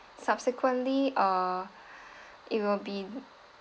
subsequently uh it will be